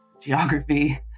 geography